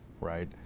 right